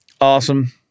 awesome